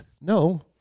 No